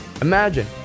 Imagine